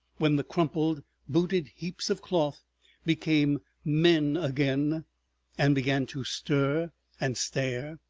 when the crumpled, booted heaps of cloth became men again and began to stir and stare.